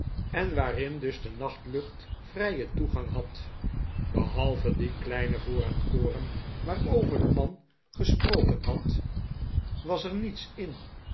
en waarin dus de nachtlucht vrijen toegang had behalve die kleine voorraad koren waarpver de man gesproken had was er niets in